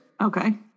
Okay